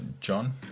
John